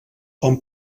hom